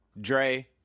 Dre